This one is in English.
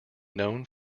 known